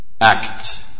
act